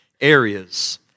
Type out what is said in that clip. areas